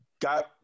got